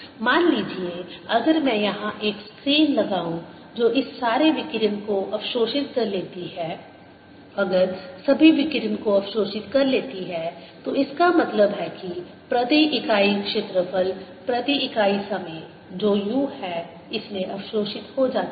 मान लीजिए अगर मैं यहां एक स्क्रीन लगाऊं जो इस सारे विकिरण को अवशोषित कर लेती है अगर सभी विकिरण को अवशोषित कर लेता है तो इसका मतलब है कि प्रति इकाई क्षेत्रफल प्रति इकाई समय जो u है इस में अवशोषित हो जाता है